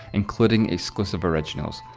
including exclusive originals.